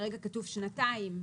כרגע כתוב: שנתיים.